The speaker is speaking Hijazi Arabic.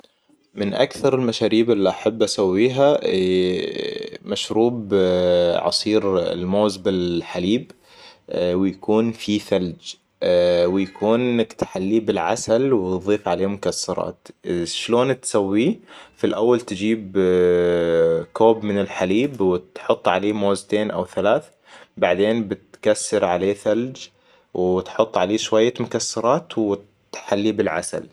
من أكثر المشاريب اللي أحب اسويها مشروب عصير الموز بالحليب ويكون في ثلج ويكون إنك تحليه بالعسل وتضيف عليه مكسرات شلون تسويه؟ في الأول تجيب كوب من الحليب و تحط عليه موزتين أو ثلاث. بعدين بتكسر عليه ثلج. وتحط عليه شوية مكسرات وتحليه بالعسل